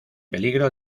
peligro